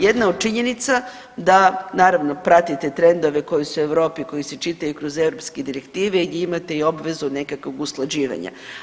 Jedna od činjenica da, naravno, pratite trendove koji su u Europi, koji se čitaju kroz EU direktive i gdje imate i obvezu nekakvog usklađivanja.